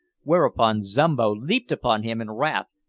whereupon zombo leaped upon him in wrath,